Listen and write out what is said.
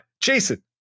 Jason